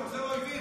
אתה עוזר לאויבים,